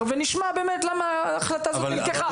ונשמע באמת למה ההחלטה הזאת נלקחה.